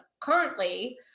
currently